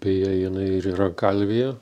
beje jinai ir yra kalvėje